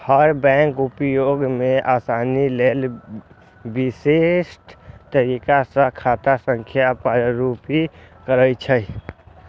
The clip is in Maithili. हर बैंक उपयोग मे आसानी लेल विशिष्ट तरीका सं खाता संख्या प्रारूपित करै छै